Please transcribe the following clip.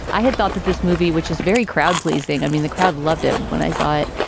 i had thought that this movie, which is very crowd-pleasing, i mean, the crowd loved it. when i saw it,